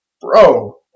bro